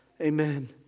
Amen